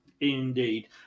Indeed